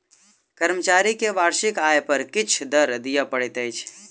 कर्मचारी के वार्षिक आय पर किछ कर दिअ पड़ैत अछि